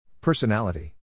Personality